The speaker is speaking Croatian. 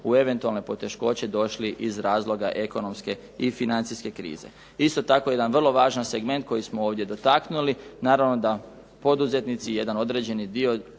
su eventualne poteškoće došli iz razloga ekonomske i financijske krize. Isto tako, jedan vrlo važan segment koji smo ovdje dotaknuli naravno da poduzetnici jedan određeni dio